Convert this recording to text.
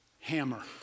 hammer